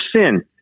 sin